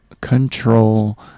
Control